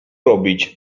robić